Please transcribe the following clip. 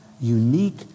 unique